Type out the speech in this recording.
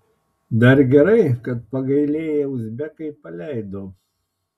dar gerai kad pagailėję uzbekai paleido